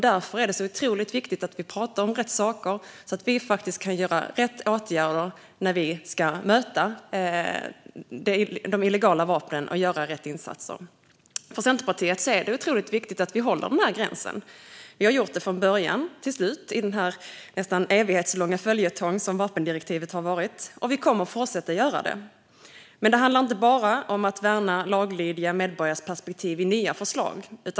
Därför är det otroligt viktigt att vi pratar om rätt saker, så att vi kan vidta rätt åtgärder och insatser för att möta problemet med de illegala vapnen. För Centerpartiet är det viktigt att hålla den gränsen. Vi har gjort det från början till slut i den nästan evighetslånga följetongen när det gäller vapendirektivet. Och vi kommer att fortsätta göra det. Men det handlar inte bara om att värna laglydiga medborgares perspektiv i nya förslag.